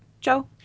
Joe